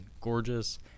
gorgeous